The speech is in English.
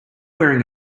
wearing